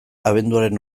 abenduaren